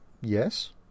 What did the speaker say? Yes